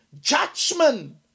Judgment